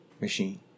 machine